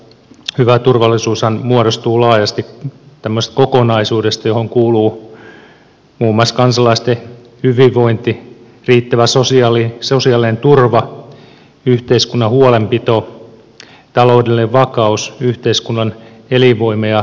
hyvä turvallisuushan muodostuu laajasti tämmöisestä kokonaisuudesta johon kuuluu muun muassa kansalaisten hyvinvointi riittävä sosiaalinen turva yhteiskunnan huolenpito taloudellinen vakaus yhteiskunnan elinvoima ja niin edelleen